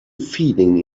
feeling